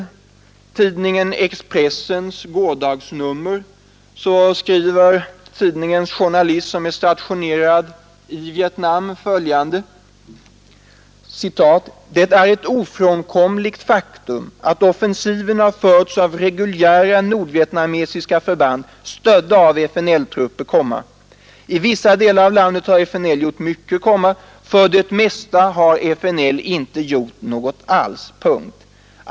I tidningen Expressens gårdagsnummer skriver tidningens utsände som är stationerad i Vietnam följande: ”Det är ett ofrånkomligt faktum att offensiven har förts av reguljära nordvietnamesiska förband stödda av FNL-trupper, i vissa delar av landet har FNL gjort mycket, för det mesta har FNL inte gjort något alls.